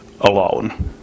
alone